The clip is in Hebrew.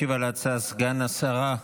ישיב על ההצעה סגן השרה,